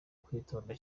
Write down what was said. kwitonda